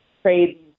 trade